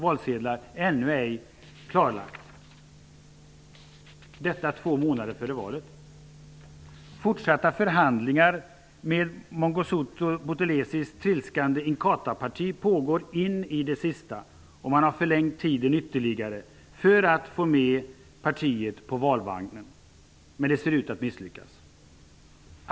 Det är ännu inte klart -- två månader före valet. In i det sista förs fortsatta förhandlingar med Mangosuthu Buthelezis trilskande Inkathaparti, och man har förlängt tiden ytterligare för att få med partiet på valvagnen, men det ser ut att misslyckas.